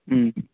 ம்